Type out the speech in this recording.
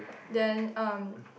then um